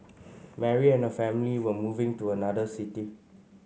Mary and her family were moving to another city